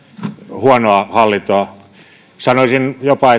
huonoa hallintoa sanoisin jopa